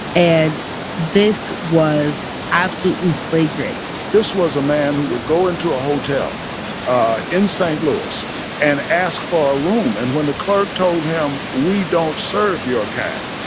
and this was absolutely flagrant this was a man who would go into a hotel ah in st. louis and ask for a room. and when the clerk told him, we don't serve your kind,